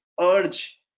urge